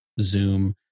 Zoom